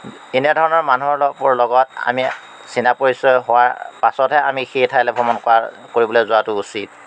এনেধৰণৰ মানুহৰ লগৰ লগত আমি চীনা পৰিচয় হোৱাৰ পাছতহে আমি সেই ঠাইলৈ ভ্ৰমণ কৰা কৰিবলৈ যোৱাটো উচিত